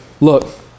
look